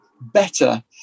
better